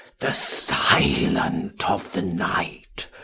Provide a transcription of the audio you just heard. the silent of the night,